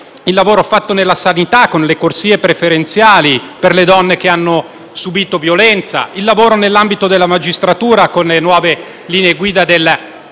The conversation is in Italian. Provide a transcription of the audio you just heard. il lavoro fatto nella sanità, con le corsie preferenziali per le donne che hanno subìto violenza; il lavoro nell'ambito della magistratura, con le nuove linee guida del